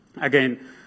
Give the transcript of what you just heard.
Again